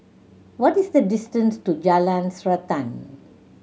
what is the distance to Jalan Srantan